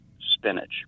spinach